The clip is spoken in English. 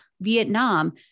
Vietnam